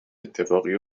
اتفاقی